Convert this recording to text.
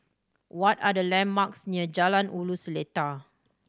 what are the landmarks near Jalan Ulu Seletar